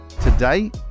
Today